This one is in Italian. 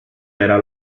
era